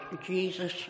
Jesus